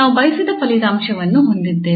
ನಾವು ಬಯಸಿದ ಫಲಿತಾಂಶವನ್ನು ಹೊಂದಿದ್ದೇವೆ